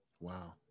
wow